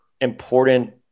important